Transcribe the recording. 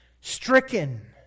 Stricken